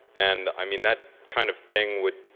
and i mean, that kind of thing would